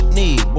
need